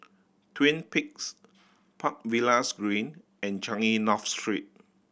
Twin Peaks Park Villas Green and Changi North Street